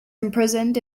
imprisoned